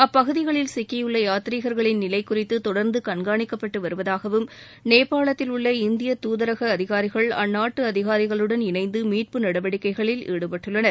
அப்பகுதிகளில் சிக்கியுள்ள யாத்ரீகர்களின் நிலை குறித்து தொடர்ந்து கண்காணிப்பட்டு வருவதாகவும் நேபாளத்தில் உள்ள இந்திய தூதரக அதிகாரிகள் அந்நாட்டு அதிகாரிகளுடன் இணைந்து மீட்பு நடவடிக்கைகளில் ஈடுபட்டுள்ளனர்